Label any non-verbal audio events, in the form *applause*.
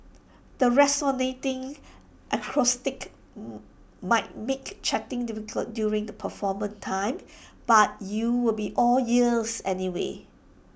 the resonating acoustics *hesitation* might make chatting difficult during the performance time but you will be all ears anyway